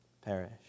perish